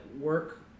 work